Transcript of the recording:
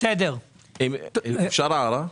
אפשר הערה?